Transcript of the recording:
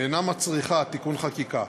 במציאות שאינה מצריכה תיקון חקיקה.